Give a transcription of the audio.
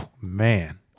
Man